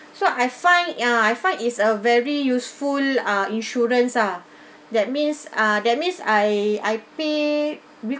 so I find ya I find is a very useful ah insurance ah that means ah that means I I pay